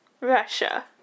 Russia